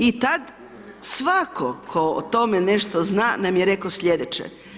I tad svatko tko o tome nešto zna nam je rekao sljedeće.